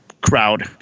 crowd